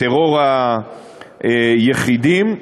"טרור היחידים",